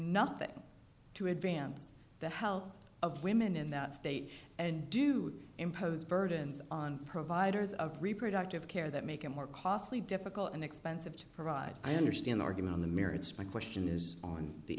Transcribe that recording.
nothing to advance the health of women in that state and do impose burdens on providers of reproductive care that make it more costly difficult and expensive to provide i understand the argument on the merits of my question is on the